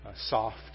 soft